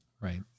Right